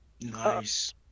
Nice